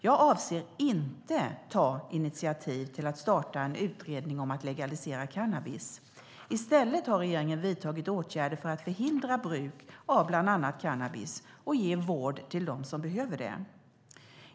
Jag avser inte att ta initiativ till att starta en utredning om att legalisera cannabis. I stället har regeringen vidtagit åtgärder för att förhindra bruk av bland annat cannabis och ge vård till dem som behöver det.